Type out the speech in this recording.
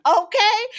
okay